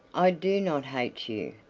i do not hate you,